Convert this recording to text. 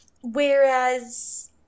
Whereas